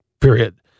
period